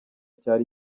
cyari